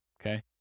okay